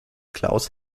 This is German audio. klaus